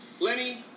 Lenny